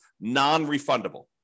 non-refundable